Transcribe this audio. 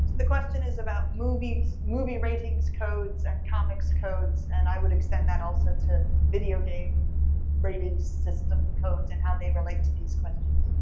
the question is about movie movie ratings codes and comics codes, and i would extend that also to video game rating system codes and how they relate to these questions.